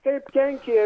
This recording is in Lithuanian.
kaip kenkė